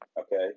Okay